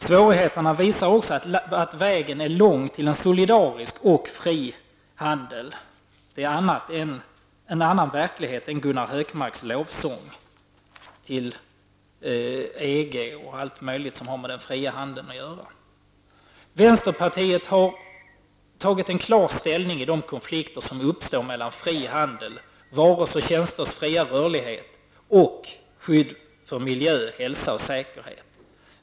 Svårigheterna visar också att vägen är lång till en solidarisk och fri handel. Det är en annan verklighet än Gunnar Hökmarks lovsång till EG och allt möjligt annat som har med den fria handeln att göra. Vänsterpartiet har tagit en klar ställning i de konflikter som uppstår mellan fri handel, varors och tjänsters fria rörlighet samt skydd för miljö, hälsa och säkerhet.